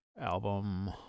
album